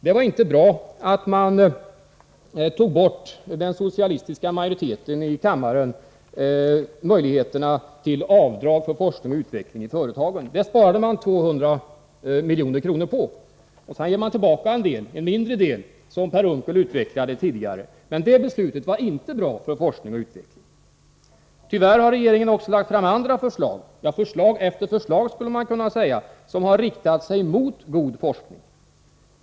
Det var inte bra att den socialistiska majoriteten i kammaren tog bort möjligheterna till avdrag för forskning och utveckling i företagen. Det sparade man 200 milj.kr. på. Sedan ger man tillbaka en mindre del — som Per Unckel utvecklade tidigare. Men det beslutet var alltså inte bra för forskning och utveckling. Tyvärr har regeringen också lagt fram andra förslag — förslag efter förslag, Nr 166 skulle man kunna säga — som har riktat sig mot god forskning.